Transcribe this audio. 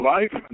Life